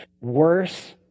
worse